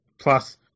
Plus